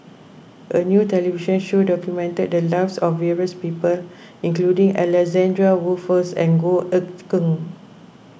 a new television show documented the lives of various people including Alexander Wolters and Goh Eck Kheng